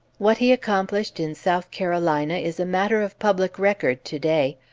what he accomplished in south carolina is a matter of public record to-day.